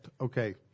Okay